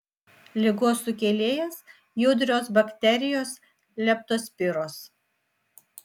ligos sukėlėjas judrios bakterijos leptospiros